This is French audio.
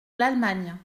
l’allemagne